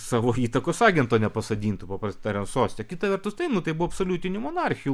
savo įtakos agento nepasodintų paprastai tariant soste kita vertus taip nu tai buvo absoliutinė monarchija